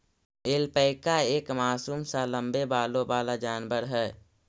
alpaca एक मासूम सा लम्बे बालों वाला जानवर है